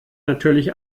natürlich